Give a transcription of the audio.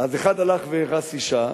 אז אחד הלך ואירס אשה,